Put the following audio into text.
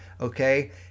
okay